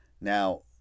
Now